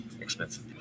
Expensive